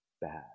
bad